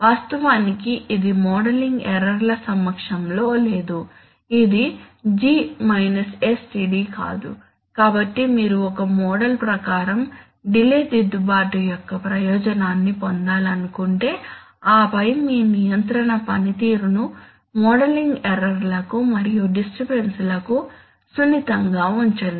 వాస్తవానికి ఇది modelling error ల సమక్షంలో లేదు ఇది G sTd కాదు కాబట్టి మీరు ఒక మోడల్ ప్రకారం డిలే దిద్దుబాటు యొక్క ప్రయోజనాన్ని పొందాలనుకుంటే ఆపై మీ నియంత్రణ పనితీరును మోడలింగ్ ఎర్రర్ లకు మరియు డిస్టర్బన్స్ లకు సున్నితంగా ఉంచండి